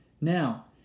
Now